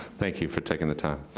thank you for taking the time.